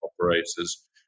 operators